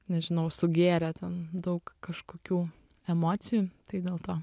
nežinau sugėrė ten daug kažkokių emocijų tai dėl to